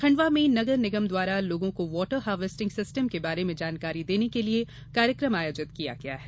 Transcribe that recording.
खंडवा में नगरनिगम द्वारा लोगों को वॉटर हार्वेस्टिंग सिस्टम के बारे में जानकारी देने के लिए कार्यक्रम आयोजित किया गया है